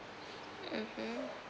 mmhmm